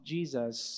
Jesus